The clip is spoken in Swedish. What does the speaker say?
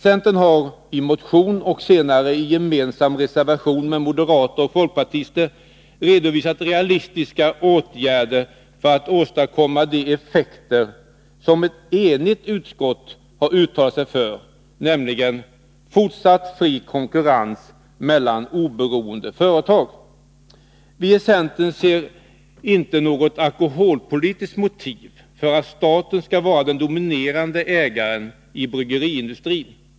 Centern har i motion och senare i gemensam reservation med moderater och folkpartister redovisat realistiska åtgärder för att åstadkomma de effekter som ett enigt utskott har uttalat sig för, nämligen — ”fortsatt fri konkurrens mellan oberoende företag”. Vi i centern ser inte något alkoholpolitiskt motiv för att staten skall vara den dominerande ägaren i bryggeriindustrin.